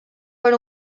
per